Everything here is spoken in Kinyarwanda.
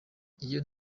iyo